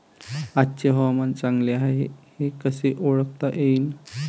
आजचे हवामान चांगले हाये हे कसे ओळखता येईन?